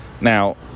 Now